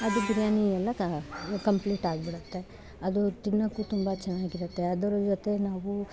ಅದು ಬಿರಿಯಾನಿ ಎಲ್ಲ ಕಂಪ್ಲೀಟ್ ಆಗ್ಬಿಡುತ್ತೆ ಅದು ತಿನ್ನೋಕ್ಕು ತುಂಬ ಚೆನ್ನಾಗಿರುತ್ತೆ ಅದರ ಜೊತೆ ನಾವು